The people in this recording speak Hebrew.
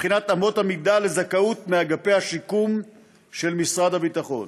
לבחינת אמות המידה לזכאות מאגפי השיקום של משרד הביטחון.